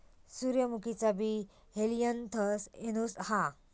सूर्यमुखीचा बी Helianthus annuus हा